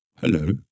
Hello